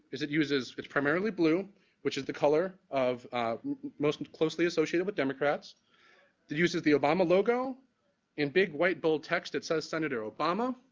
is it uses with primarily blue which is the color of most closely associated with democrats that uses the obama logo in big white bold text that says, senator obama.